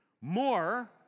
More